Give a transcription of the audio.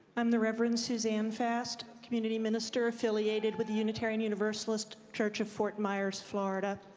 i'm the reverend susan fast, community minister affiliated with the unitarian universalist church of fort myers, florida,